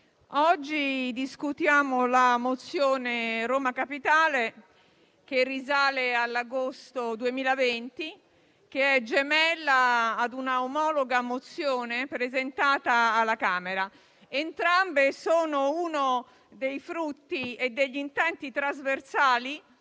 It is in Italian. oggi discutiamo la mozione su Roma Capitale, che risale ad agosto 2020 e che è gemella di un'omologa mozione presentata alla Camera. Entrambe sono uno dei frutti e degli intenti trasversali,